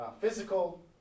physical